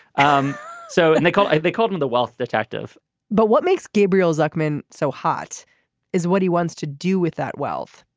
um so and they call. they called him the wealth detective but what makes gabriel zuckerman so hot is what he wants to do with that wealth.